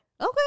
Okay